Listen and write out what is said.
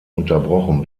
unterbrochen